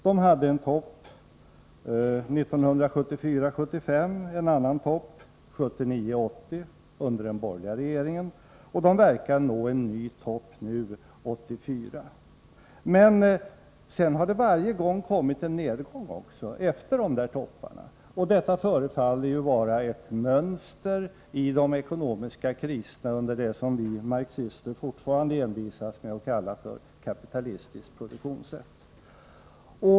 De hade en topp 1974-1975, de hade en annan topp 1979-1980 under den borgerliga regeringen, och de verkar att nå en ny topp nu 1984. Men sedan har det varje gång kommit en nedgång efter de där topparna, och detta förefaller att vara ett mönster i de ekonomiska kriserna under det som vi marxister fortfarande envisas med att kalla kapitalistiskt produktionssätt.